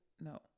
No